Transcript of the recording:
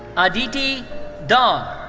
aditi dhar.